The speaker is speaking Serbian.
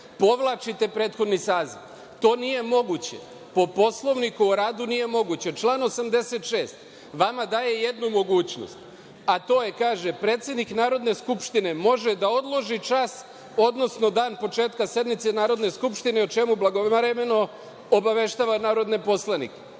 povlačite prethodni saziv. To nije moguće. Po Poslovniku o radu nije moguće. Član 86. vama daje jednu mogućnost, a to je da predsednik Narodne skupštine može da odloži čas, odnosno dan početka sednice Narodne skupštine, o čemu blagovremeno obaveštava narodne poslanike. Vi